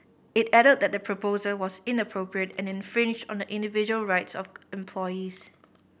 it added that the proposal was inappropriate and infringed on the individual rights of employees